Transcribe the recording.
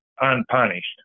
unpunished